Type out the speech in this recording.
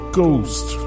ghost